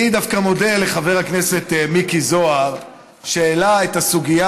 אני דווקא מודה לחבר הכנסת מיקי זוהר שהעלה את הסוגיה